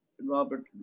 Robert